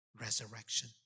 resurrection